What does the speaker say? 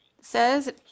says